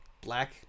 black